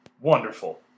Wonderful